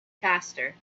faster